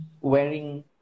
wearing